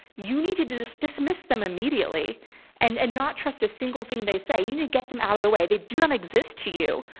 you need to just dismiss them immediately and and not trust a single thing they say. you need to get them out of the way. they do not exist to you.